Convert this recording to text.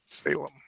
Salem